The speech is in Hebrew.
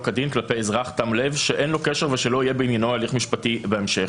כדין כלפי אזרח תם לב שאין לו קשר ושלא יהיה בעניינו הליך משפטי בהמשך.